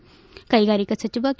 ಕ್ಕೆಗಾರಿಕಾ ಸಚಿವ ಕೆ